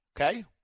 Okay